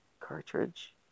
cartridge